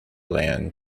land